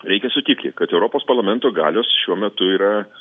reikia sutikti kad europos parlamento galios šiuo metu yra